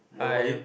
hi